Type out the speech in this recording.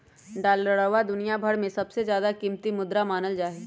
डालरवा दुनिया भर में सबसे ज्यादा कीमती मुद्रा मानल जाहई